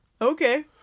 okay